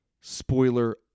Spoiler